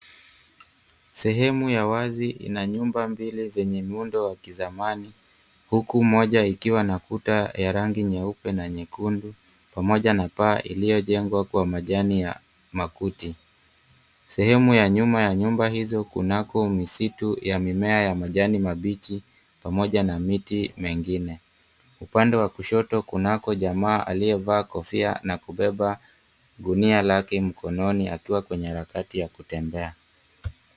Sehemu ya wazi ina nyumba mbili zenye muundo wa kizamani huku moja ikiwa na kuta ya rangi nyeupe na nyekundu pamoja na paa iliyojengwa kwa majani ya makuti. Sehemu ya nyuma ya nyumba hizo kunako misitu ya mimea ya majani mabichi pamoja na miti mengine. Upande wa kushoto kunako jamaa aliyevaa kofia na kubeba gunia lake mkononi akiwa kwenye harakati ya kutembea.